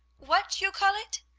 what you call it?